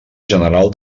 general